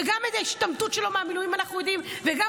גם על ההשתמטות שלו מהמילואים אנחנו יודעים וגם